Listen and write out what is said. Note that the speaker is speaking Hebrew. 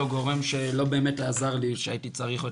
גורם שלא באמת עזר לי כשהייתי צריך אותי.